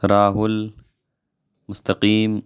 Rahul Mustaqeem